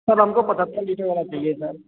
sir हमको पचहत्तर litre वाला चाहिए सर